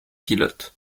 pilotes